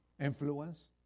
influence